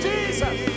Jesus